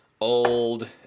old